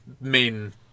main